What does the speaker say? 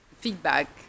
feedback